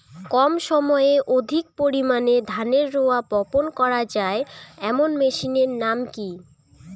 কম সময়ে অধিক পরিমাণে ধানের রোয়া বপন করা য়ায় এমন মেশিনের নাম কি?